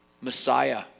Messiah